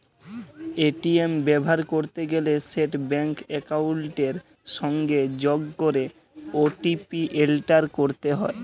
ATM ব্যাভার ক্যরতে গ্যালে সেট ব্যাংক একাউলটের সংগে যগ ক্যরে ও.টি.পি এলটার ক্যরতে হ্যয়